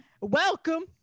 Welcome